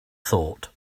thought